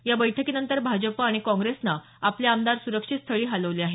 या बैठकीनंतर भाजप आणि काँग्रेसनं आपले आमदार सुरक्षित स्थळी हलवले आहेत